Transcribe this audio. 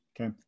Okay